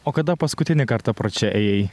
o kada paskutinį kartą pro čia ėjai